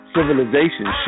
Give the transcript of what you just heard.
Civilization